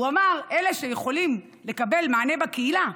הוא אמר: אלה שיכולים לקבל מענה בקהילה,